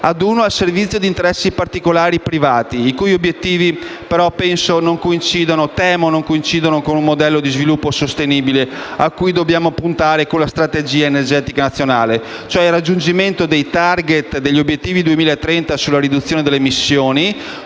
ad uno al servizio di interessi particolari privati i cui obiettivi, però, temo non coincidano con un modello di sviluppo sostenibile cui dobbiamo puntare con la strategia energetica nazionale, cioè il raggiungimento dei *target* e degli obiettivi 2030 sulla riduzione delle emissioni,